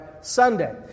Sunday